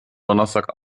donnerstag